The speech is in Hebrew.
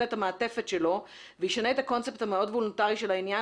את המעטפת שלו וישנה את הקונספט המאוד וולונטרי של העניין,